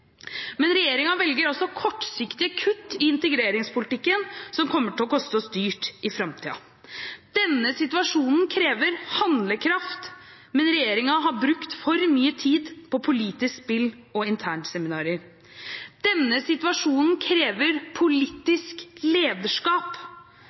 Men regjeringen velger kortsiktige kutt i integreringspolitikken som kommer til å koste oss dyrt i framtiden. Denne situasjonen krever handlekraft, men regjeringen har brukt for mye tid på politisk spill og internseminarer. Denne situasjonen krever politisk lederskap,